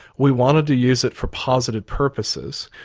we wanted to use it for positive purposes.